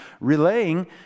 Relaying